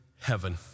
heaven